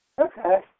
Okay